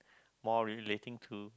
more relating to